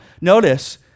notice